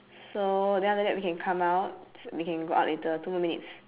so then after that we can come out we can go out later two more minutes